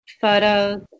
photos